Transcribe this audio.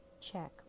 check